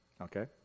Okay